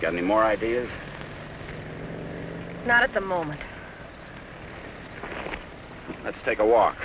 getting more ideas not at the moment let's take a walk